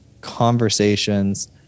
conversations